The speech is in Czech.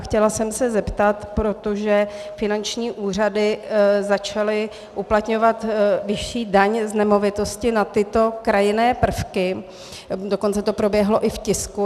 Chtěla jsem se zeptat, protože finanční úřady začaly uplatňovat vyšší daň z nemovitosti na tyto krajinné prvky, dokonce to proběhlo i v tisku.